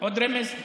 עוד רמז?